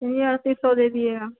यही अड़तिस सौ दे दिएगा